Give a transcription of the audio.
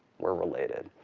we're related.